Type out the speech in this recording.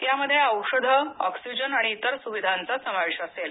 यामध्ये औषधे ऑक्सिजन आणि इतर सुविधनाचा समावेश असेल